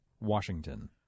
Washington